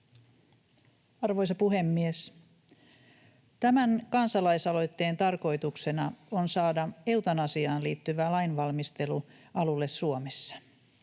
Arvoisa puhemies! Tämän kansalaisaloitteen tarkoituksena on saada eutanasiaan liittyvä lainvalmistelu alulle Suomessa.